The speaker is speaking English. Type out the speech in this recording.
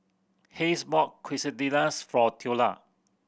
Hays bought Quesadillas for Theola